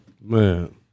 Man